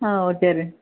ಹಾಂ ಓಕೆ ರೀ